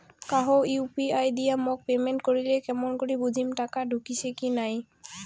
কাহো ইউ.পি.আই দিয়া মোক পেমেন্ট করিলে কেমন করি বুঝিম টাকা ঢুকিসে কি নাই?